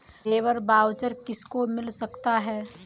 Labour voucher किसको मिल सकता है?